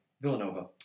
Villanova